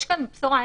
יש כאן בשורה.